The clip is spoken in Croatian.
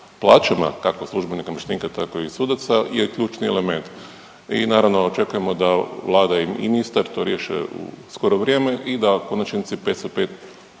plaćama, kako službenika i namještenika, tako i sudaca, je ključni element i naravno, očekujemo da Vlada i ministar to riješe u skoro vrijeme i da u konačnici, 505